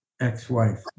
ex-wife